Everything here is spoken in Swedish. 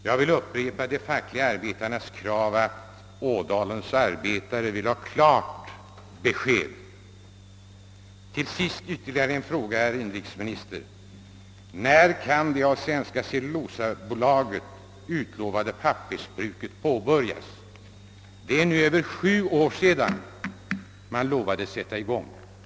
Jag vill upprepa de fackliga arbetarnas krav att »Ådalens arbetare vill ha klart besked». Till sist ytterligare en fråga, herr inrikesminister: När kan det av Svenska cellulosabolaget utlovade pappersbruket påbörjas? Det är nu över sju år sedan man lovade sätta i gång det.